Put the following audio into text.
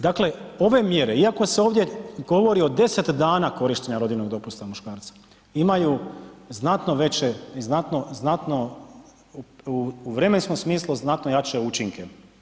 Dakle, ove mjere, iako se ovdje govori o deset dana korištenja rodiljnog dopusta muškarca, imaju znatno veće i znatno, znatno, u vremenskom smislu znatno jače učinke.